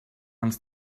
els